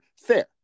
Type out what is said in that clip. Fair